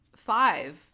five